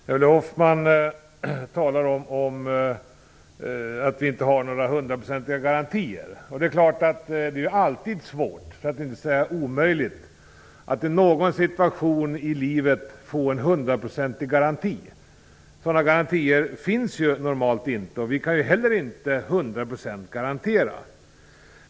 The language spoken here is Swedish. Herr talman! Ulla Hoffmann talar om att vi inte har några hundraprocentiga garantier. Det är klart att det alltid är svårt, för att inte säga omöjligt, att i någon situation i livet få en hundraprocentig garanti. Sådana garantier finns normalt inte. Vi kan inte heller garantera till hundra procent.